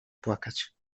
płakać